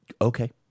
Okay